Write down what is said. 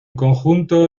conjunto